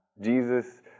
Jesus